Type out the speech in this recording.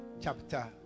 Chapter